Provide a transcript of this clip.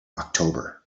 october